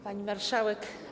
Pani Marszałek!